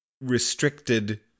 restricted